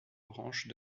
branches